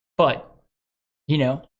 but you know,